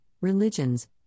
religions